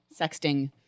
sexting